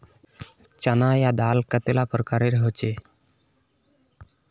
चना या दाल कतेला प्रकारेर होचे?